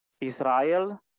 Israel